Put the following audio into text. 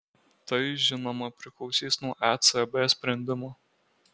tai žinoma priklausys nuo ecb sprendimo